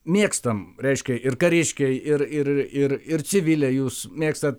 mėgstam reiškia ir kariškiai ir ir ir ir civiliai jūs mėgstat